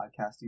podcast